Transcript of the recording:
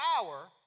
power